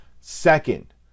Second